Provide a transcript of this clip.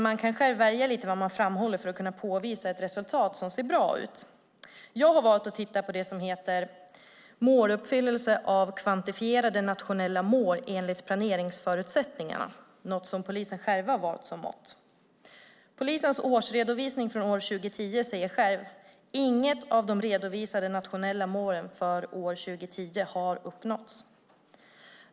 Man kan själv välja lite vad man framhåller för att påvisa ett resultat som ser bra ut. Jag har valt att titta på det som heter Måluppfyllelse av kvantifierade nationella mål enligt planeringsförutsättningarna. Det är ett mått polisen själv har valt. Polisens årsredovisning från år 2010 säger själv att inget av de redovisade nationella målen för år 2010 har uppnåtts.